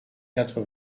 quatre